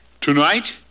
Tonight